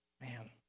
Man